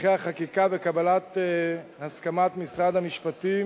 הליכי החקיקה וקבלת הסכמת משרד המשפטים,